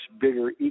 bigger